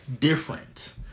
different